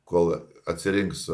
kol atsirinks